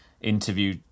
interview